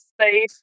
safe